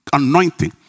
anointing